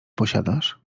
posiadasz